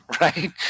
Right